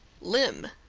limb,